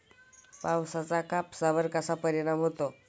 पावसाचा कापसावर कसा परिणाम होतो?